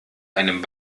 einem